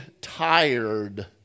tired